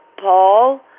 Paul